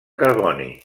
carboni